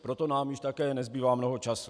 Proto nám už také nezbývá mnoho času.